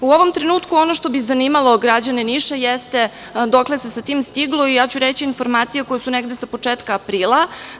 U ovom trenutku, ono što bi zanimalo građane Niša jeste dokle se sa tim stiglo i ja ću reći informacije koje su negde od početka aprila.